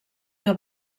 que